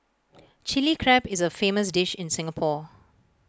Chilli Crab is A famous dish in Singapore